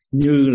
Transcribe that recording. như